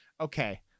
Okay